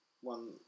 one